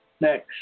Next